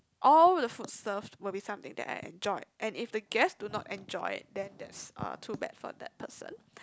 all the food served will be something that I enjoy and if the guest do not enjoy it then that's uh too bad for that person